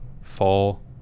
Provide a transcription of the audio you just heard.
fall